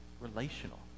Relational